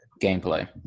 gameplay